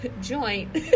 joint